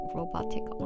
robotic